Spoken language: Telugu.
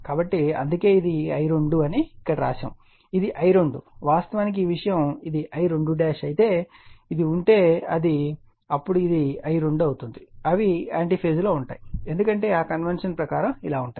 కాబట్టి అందుకే ఇది I2 అని ఇక్కడ వ్రాయబడింది ఇది I2 వాస్తవానికి ఈ విషయం ఇది I2 అయితే ఇది ఉంటే అది అప్పుడు ఇది I2 అవుతుంది అవి యాంటీ ఫేజ్ లో ఉంటాయి ఎందుకంటే ఆ కన్వెన్షన్ ప్రకారం ఇలా ఉంటాయి